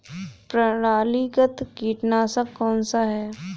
प्रणालीगत कीटनाशक कौन सा है?